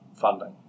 funding